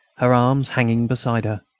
her arms hanging beside her.